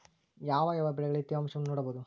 ಯಾವ ಯಾವ ಬೆಳೆಗಳಲ್ಲಿ ತೇವಾಂಶವನ್ನು ನೋಡಬಹುದು?